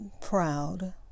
proud